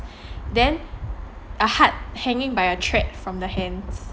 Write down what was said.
then a heart hanging by a thread from the hands